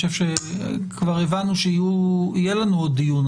כבר הבנו שיהיה לנו עוד דיון,